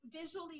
visually